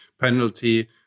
penalty